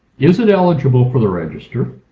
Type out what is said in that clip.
is it eligible for the register?